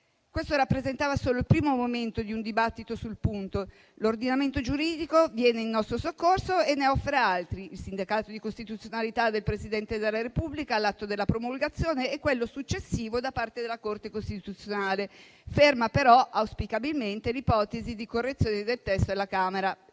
Questo rappresentava solo il primo momento di un dibattito sul punto. L'ordinamento giuridico viene in nostro soccorso e ne offre altri: il sindacato di costituzionalità del Presidente della Repubblica all'atto della promulgazione e quello successivo da parte della Corte costituzionale, ferma però auspicabilmente l'ipotesi di correzione del testo alla Camera,